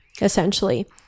essentially